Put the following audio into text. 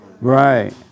Right